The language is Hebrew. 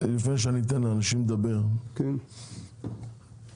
לפני שאני אתן לאנשים לדבר, אני רוצה לומר משהו.